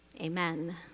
amen